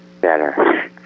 better